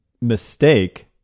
mistake